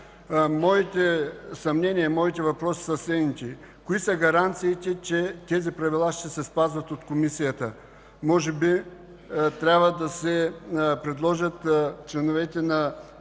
Моите съмнения, моите въпроси са следните: кои са гаранциите, че тези правила ще се спазват от Комисията – може би трябва да се предложи членовете на